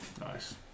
Nice